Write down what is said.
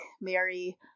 Mary